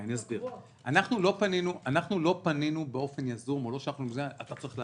אני אסביר: אנחנו לא פנינו באופן יזום אתה צריך להחזיר.